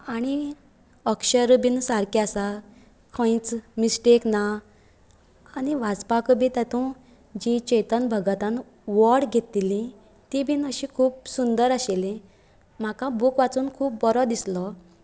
आनी अक्षर बीन सारके आसा खंयच मिस्टेक ना आनी वाचपाकय बीन तातूंन जी चेतन भगतान वड घेतिल्ली ती बीन अशी खूब सुंदर आशिल्ली म्हाका बूक वाचून खूब बरो दिसलो